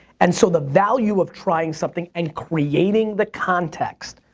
and so the value of trying something and creating the context,